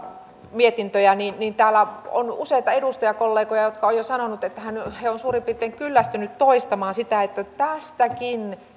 mietintöjä niin niin täällä on useita edustajakollegoja jotka ovat jo sanoneet että he ovat suurin piirtein kyllästyneet toistamaan sitä että tästäkin